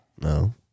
No